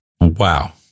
Wow